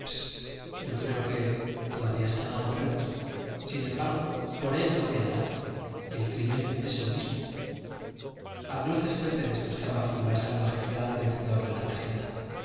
yo creo que todavía están algo verdes sin embargo por él no quedará y el crimen es el mismo a glocester le disgustaba figurarse al magistral vencedor de la regenta